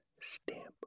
Stamp